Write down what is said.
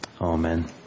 Amen